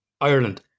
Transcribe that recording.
Ireland